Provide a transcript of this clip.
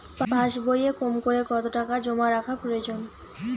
পাশবইয়ে কমকরে কত টাকা জমা রাখা প্রয়োজন?